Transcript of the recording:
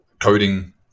coding